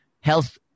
health